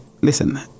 listen